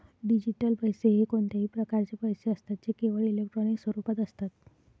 digital पैसे हे कोणत्याही प्रकारचे पैसे असतात जे केवळ इलेक्ट्रॉनिक स्वरूपात असतात